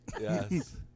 Yes